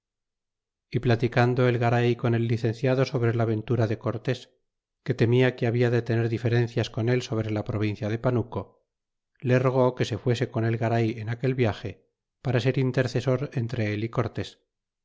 y platicando el garay con el licenciado sobre la ventura de cortés que temia que habia de tener diferencias con él sobre la provincia de panuco le rogó que se fuese con el garay en aquel viage para ser intercesor entre él y cortés